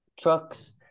trucks